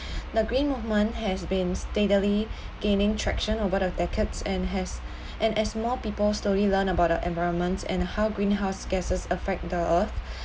the green movement has been steadily gaining attraction over the decades and has and as more people slowly learn about the environments and how greenhouse gases affect the earth